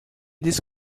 this